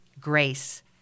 Grace